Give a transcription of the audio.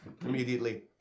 Immediately